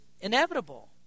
inevitable